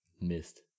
missed